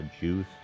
juice